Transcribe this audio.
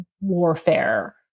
warfare